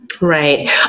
Right